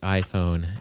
iPhone